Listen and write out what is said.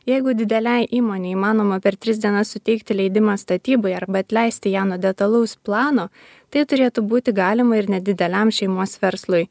jeigu didelei įmonei įmanoma per tris dienas suteikti leidimą statybai arba atleisti ją nuo detalaus plano tai turėtų būti galima ir nedideliam šeimos verslui